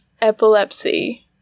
epilepsy